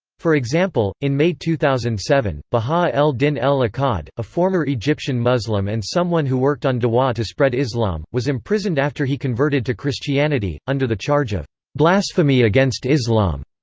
for example, in may two thousand and seven, bahaa el-din el-akkad, a former egyptian muslim and someone who worked on dawah to spread islam was imprisoned after he converted to christianity, under the charge of blasphemy against islam.